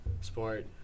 sport